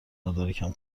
مدارکم